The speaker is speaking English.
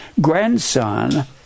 grandson